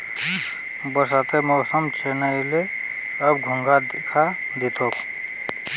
बरसातेर मौसम चनइ व ले, अब घोंघा दखा दी तोक